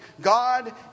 God